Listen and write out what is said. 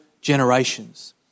generations